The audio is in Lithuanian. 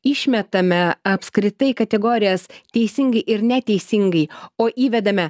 išmetame apskritai kategorijas teisingai ir neteisingai o įvedame